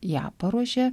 ją paruošė